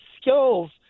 skills